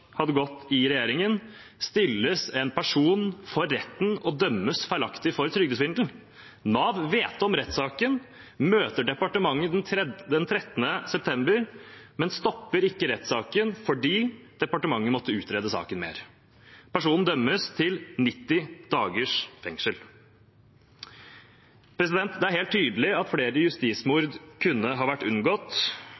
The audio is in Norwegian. i regjeringen, stilles en person for retten og dømmes feilaktig for trygdesvindel. Nav vet om rettssaken, møter departementet den 13. september, men stopper ikke rettssaken fordi departementet måtte utrede saken mer. Personen dømmes til 90 dagers fengsel. Det er helt tydelig at flere